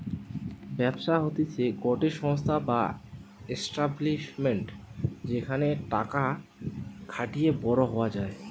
ব্যবসা হতিছে গটে সংস্থা বা এস্টাব্লিশমেন্ট যেখানে টাকা খাটিয়ে বড়ো হওয়া যায়